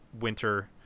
winter